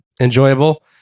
Enjoyable